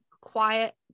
quiet